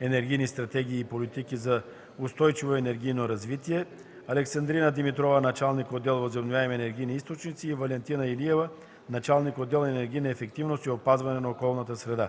„Енергийни стратегии и политики за устойчиво енергийно развитие”, Александрина Димитрова – началник отдел „Възобновяеми енергийни източници”, и Валентина Илиева – началник отдел „Енергийна ефективност и опазване на околната среда”.